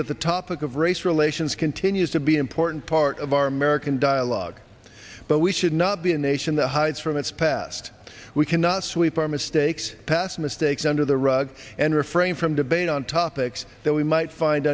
that the topic of race relations continues to be important part of our american dialogue but we should not be a nation that hides from its past we cannot sweep our mistakes past mistakes under the rug and refrain from debate on topics that we might find